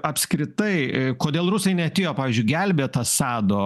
apskritai kodėl rusai neatėjo pavyzdžiui gelbėt asado